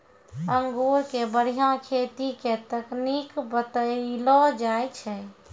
अंगूर के बढ़िया खेती के तकनीक बतइलो जाय छै